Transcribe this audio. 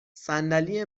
صندلی